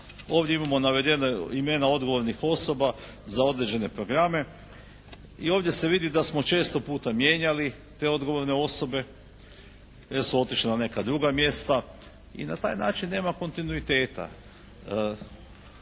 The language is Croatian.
ovdje imamo navedena imena odgovornih osoba za određene programe. I ovdje se vidi da smo često puta mijenjali te odgovorne osobe, jer su otišle na neka druga mjesta. I na taj način nema kontinuiteta.